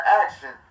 action